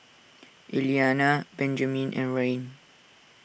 Eliana Benjamin and Rayne